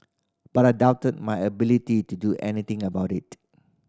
but I doubted my ability to do anything about it